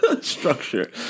structure